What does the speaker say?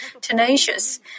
tenacious